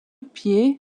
pied